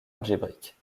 algébrique